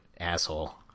asshole